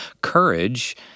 Courage